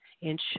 inch